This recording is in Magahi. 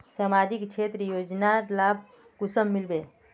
सामाजिक क्षेत्र योजनार लाभ कुंसम मिलबे?